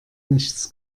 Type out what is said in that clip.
nichts